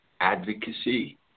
advocacy